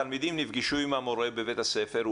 התלמידים נפגשו עם המורה בבית הספר,